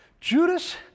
Judas